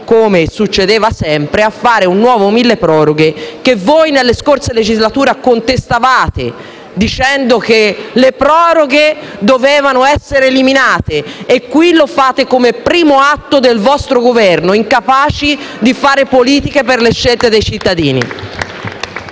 sempre successo - a fare un nuovo milleproroghe che voi nelle scorse legislature contestavate dicendo che le proroghe dovevano essere eliminate. E qui invece lo fate come primo atto del vostro Governo, incapaci di fare politiche per le scelte dei cittadini.